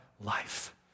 life